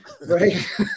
Right